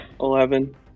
Eleven